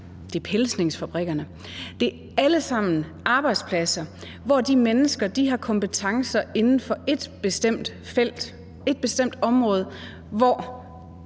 gælder pelsningsfabrikkerne. Det er alle sammen arbejdspladser, hvor de mennesker, der arbejder dér, har kompetencer inden for ét bestemt felt, ét